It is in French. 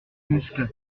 muscles